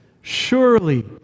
surely